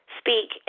speak